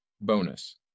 Bonus